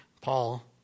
Paul